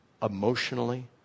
emotionally